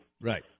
Right